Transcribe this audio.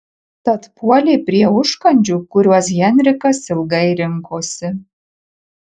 tad puolė prie užkandžių kuriuos henrikas ilgai rinkosi